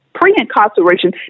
pre-incarceration